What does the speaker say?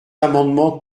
amendement